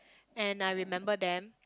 and I remember them